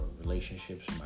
relationships